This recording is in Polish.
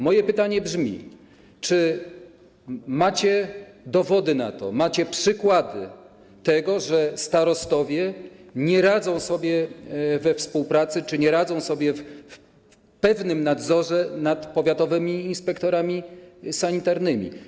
Moje pytanie brzmi: Czy macie dowody na to, macie przykłady tego, że starostowie nie radzą sobie we współpracy czy nie radzą sobie z pewnym nadzorem nad powiatowymi inspektorami sanitarnymi?